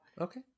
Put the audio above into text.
Okay